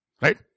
Right